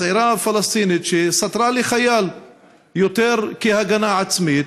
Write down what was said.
הצעירה הפלסטינית שסטרה לחייל יותר כהגנה עצמית,